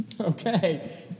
Okay